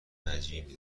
عجیبی